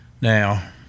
Now